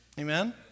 amen